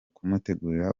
kumutegurira